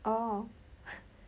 oh